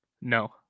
No